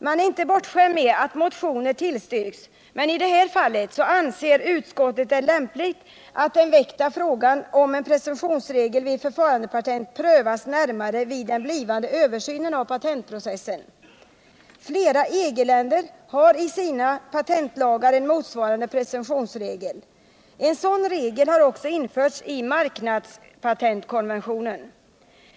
Man är inte bortskämd med att motioner tillstyrks, men i detta fall anser utskottet det lämpligt att den väckta frågan om en presumtionsregel vid förfarandepatent prövas närmare vid den blivande översynen av patentprocessen. Flera EG-länder har i sina patentlagar en motsvarande presumtionsregel. En sådan regel har också införts i marknadspatentkonventionen.